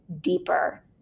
deeper